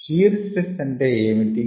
shear stress అంటే ఏమిటి